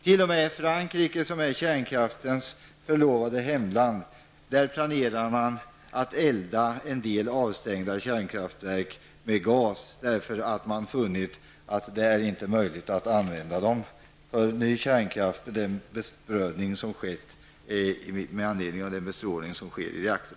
T.o.m. i Frankrike, som är kärnkraftens förlovade land och hemland, planerar man att elda i en del avstängda kärnkraftverk med gas; man har vid den prövning som gjorts med anledning av den bestrålning som sker i reaktortankern funnit att det inte är möjligt att använda dem för ny kärnkraft.